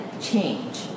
change